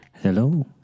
Hello